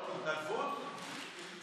נקבל על זה שעות התנדבות?